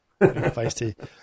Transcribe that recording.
feisty